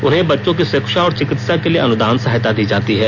उन्हें बच्चों की शिक्षा और चिकित्सा के लिए अनुदान सहायता दी जाती है